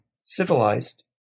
civilized